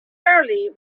early